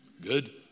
good